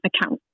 account